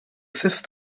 fifth